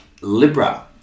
Libra